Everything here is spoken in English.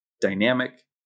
dynamic